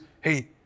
hey